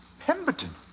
Pemberton